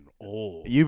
old